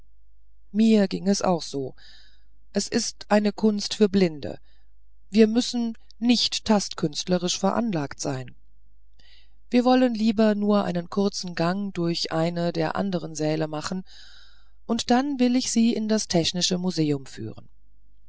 mir ging es auch so es ist eine kunst für blinde wir müssen nicht tastkünstlerisch veranlagt sein wir wollen lieber nur einen kurzen gang durch einen der andern säle machen und dann will ich sie in das technische museum führen